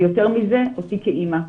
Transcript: ויותר מזה אותי כאימא.